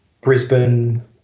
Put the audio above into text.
Brisbane